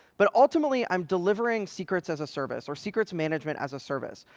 but ultimately, i'm delivering secrets as a service or secrets management as a service.